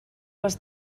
les